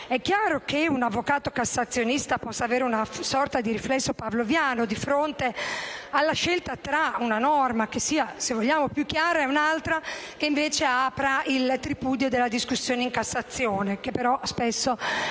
È chiaro che un avvocato cassazionista possa avere una sorta di riflesso pavloviano di fronte alla scelta tra una norma che sia più chiara e un'altra che, invece, apra al tripudio della discussione in Cassazione (che, però, spesso è quella